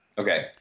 Okay